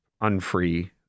unfree